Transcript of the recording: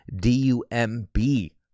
D-U-M-B